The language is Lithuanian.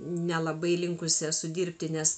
nelabai linkusi esu dirbti nes